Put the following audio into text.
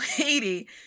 lady